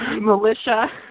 militia